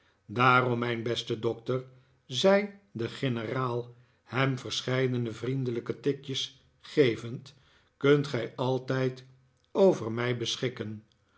daarom mijn beste doctor zei de generaal hem verscheidene vriendelijke tikjes gevend kunt gij altijd over mij beschikken